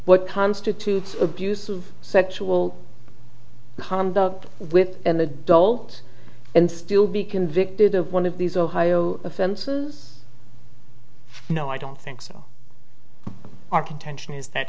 what constitutes abusive sexual conduct with an adult and still be convicted of one of these ohio offenses no i don't think so our contention is that